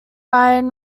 ryan